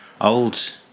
old